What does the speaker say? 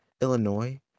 Illinois